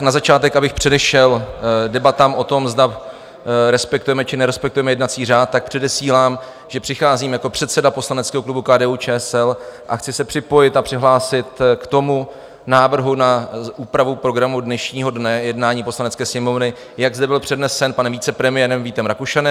Na začátek, abych předešel debatám o tom, zda respektujeme či nerespektujeme jednací řád, předesílám, že přicházím jako předseda poslaneckého klubu KDUČSL a chci se připojit a přihlásit k návrhu na úpravu programu dnešního dne jednání Poslanecké sněmovny, jak zde byl přednesen panem vicepremiérem Vítem Rakušanem.